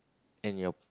and your